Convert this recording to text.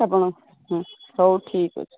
ଆପଣ ହଁ ହଉ ଠିକ୍ ଅଛି